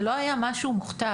זה לא היה משהו מוכתב.